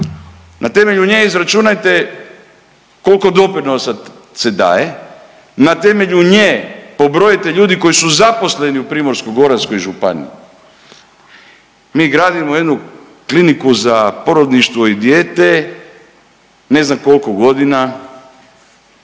na temelju nje izračunajte koliko doprinosa se daje, na temelju nje pobrojite ljude koji su zaposleni u Primorsko-goranskoj županiji, mi gradimo jednu kliniku za porodništvo i dijete ne znam koliko godina,